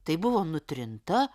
tai buvo nutrinta